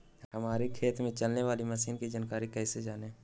हमारे खेत में चलाने वाली मशीन की जानकारी कैसे जाने?